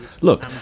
Look